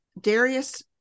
Darius